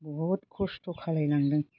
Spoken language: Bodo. बहुद खस्थ' खालाम नांदों